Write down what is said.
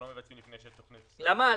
לא מבצעים לפני שיש תוכנית סטטטורית.